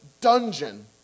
dungeon